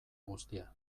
guztia